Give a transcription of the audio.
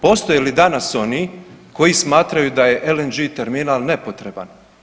Postoje li danas oni koji smatraju da je LNG terminal nepotreban?